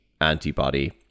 antibody